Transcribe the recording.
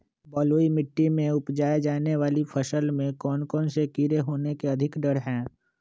बलुई मिट्टी में उपजाय जाने वाली फसल में कौन कौन से कीड़े होने के अधिक डर हैं?